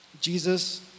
Jesus